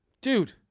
Dude